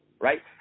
right